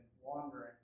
wandering